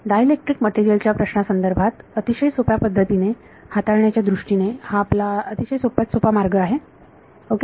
dielectric मटेरियलच्या प्रश्नांसंदर्भात अतिशय सोप्या पद्धतीने हाताळण्याच्या दृष्टीने हा आपला अतिशय सोप्यात सोपा मार्ग आहे ओके